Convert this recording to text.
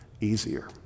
easier